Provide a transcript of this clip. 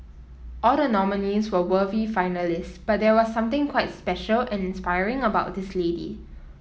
all the nominees were worthy finalist but there was something quite special and inspiring about this lady